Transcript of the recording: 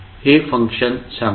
हे फंक्शन सांगू